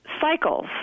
cycles